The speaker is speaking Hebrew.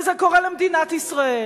וזה קורה למדינת ישראל.